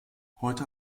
heute